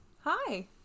hi